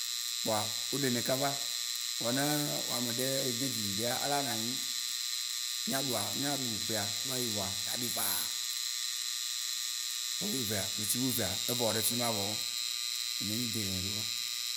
Kpoa wó ɖe nɛ kaba. Vɔa ne ewɔ ame ɖe edo dzi viɖea ela na anyi. Ne vayi vɔa, aɖi faa. Ƒe wuievea ɣleti wuievea, evɔ ɖe fima vɔ yema. Nene mí de nɛ ɖo yewan.